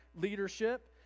leadership